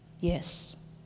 Yes